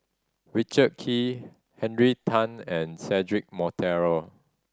Richard Kee Henry Tan and Cedric Monteiro